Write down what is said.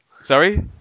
Sorry